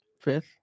fifth